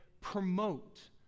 promote